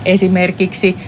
Esimerkiksi